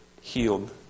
healed